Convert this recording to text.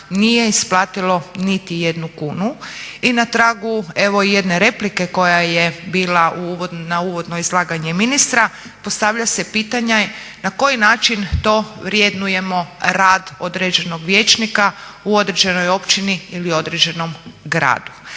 nije isplatilo niti jednu kunu. I na tragu evo i jedne replike koja je bila na uvodno izlaganje ministra, postavlja se pitanje na koji način to vrednujemo rad određenog vijećnika u određenoj općini ili u određenom gradu.